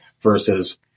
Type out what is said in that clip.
versus